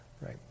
right